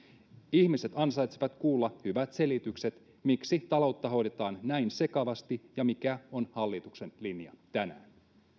ihmiset ansaitsevat kuulla hyvät selitykset miksi taloutta hoidetaan näin sekavasti ja mikä on hallituksen linja tänään